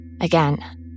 Again